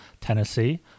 Tennessee